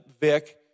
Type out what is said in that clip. Vic